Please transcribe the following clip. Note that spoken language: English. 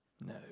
No